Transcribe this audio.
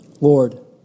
Lord